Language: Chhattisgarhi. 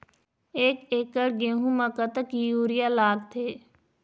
एक एकड़ गेहूं म कतक यूरिया लागथे?